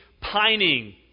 pining